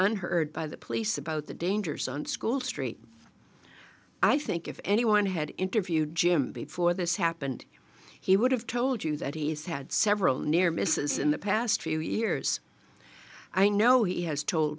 unheard by the police about the dangers on school street i think if anyone had interviewed jim before this happened he would have told you that he has had several near misses in the past few years i know he has told